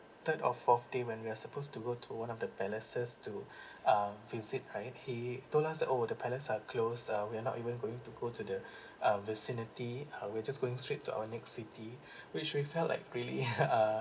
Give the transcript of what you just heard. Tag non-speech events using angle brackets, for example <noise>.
third or fourth day when we are supposed to go to one of the palaces to uh visit he he told us that oh the palace are closed uh we're not even going to go to the uh vicinity uh we're just going straight to our next city which we felt like really <laughs> err